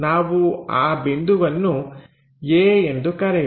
ನಾವು ಆ ಬಿಂದುವನ್ನು a ಎಂದು ಕರೆಯೋಣ